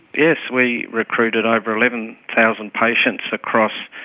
yes, we recruited over eleven thousand patients across